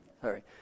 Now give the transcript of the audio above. Sorry